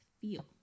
feel